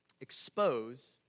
expose